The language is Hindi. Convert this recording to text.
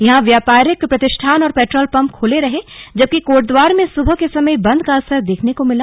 यहां व्यापारिक प्रतिष्ठान और पेट्रोल पंप खुले रहे जबकि कोटद्वार में सुबह के समय बंद का असर देखने को मिला